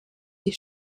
die